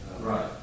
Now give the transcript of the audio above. Right